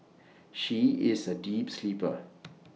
she is A deep sleeper